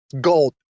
Gold